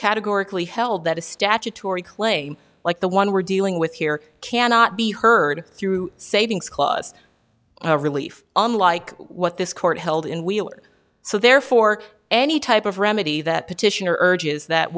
categorically held that a statutory claim like the one we're dealing with here cannot be heard through savings clause relief unlike what this court held in we'll so therefore any type of remedy that petitioner urges that